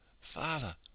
Father